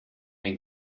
ein